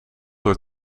door